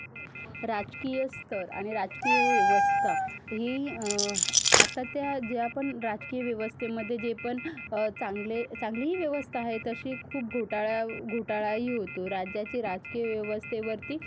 राजकीय स्तर आणि राजकीय व्यवस्था ही आता त्या ज्या पण राजकीय व्यवस्थेमध्ये जे पण चांगले चांगलीही व्यवस्था आहे तशी खूप घोटाळा घोटाळा ही होतो राज्याची राजकीय व्यवस्थेवरती